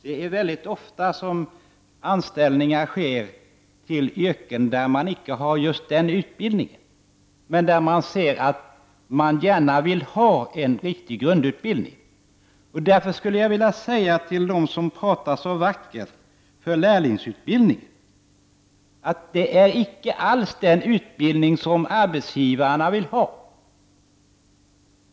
Det är oftast som anställningar sker till yrken där man icke har just den utbildningen men där det är nödvändigt med en riktig grundutbildning. Därför vill jag säga till dem som talar så vackert om lärlingsutbildning, att det är icke alls den utbildning som arbetsgivarna vill ha!